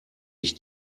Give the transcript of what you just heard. ich